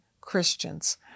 Christians